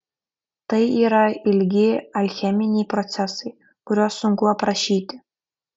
tai yra ilgi alcheminiai procesai kuriuos sunku aprašyti